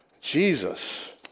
Jesus